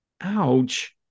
Ouch